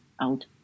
out